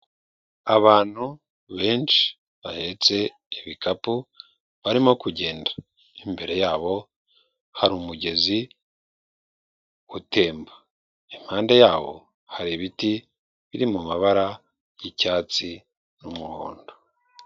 Abantu benshi bahetse ibikapu barimo kugenda, imbere yabo hari umugezi utemba, impande yaho hari ibiti biri mu mabara y'icyatsi n'umuhondo.